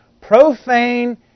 profane